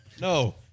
No